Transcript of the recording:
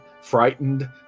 frightened